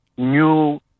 New